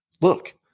Look